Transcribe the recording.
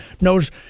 knows